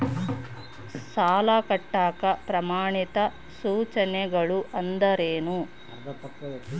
ಸಾಲ ಕಟ್ಟಾಕ ಪ್ರಮಾಣಿತ ಸೂಚನೆಗಳು ಅಂದರೇನು?